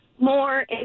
more